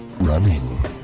Running